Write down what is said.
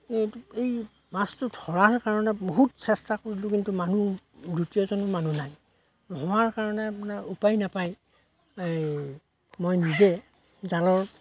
সেই এই মাছটো ধৰাৰ কাৰণে বহুত চেষ্টা কৰিলোঁ কিন্তু মানুহ দ্বিতীয়জন মানুহ নাই নোহোৱাৰ কাৰণে মানে উপায় নাপায় এই মই নিজে জালৰ